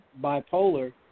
bipolar